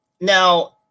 Now